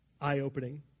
eye-opening